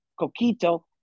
Coquito